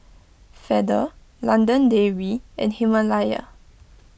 Feather London Dairy and Himalaya